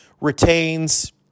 retains